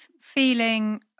feeling